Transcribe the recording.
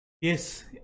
Yes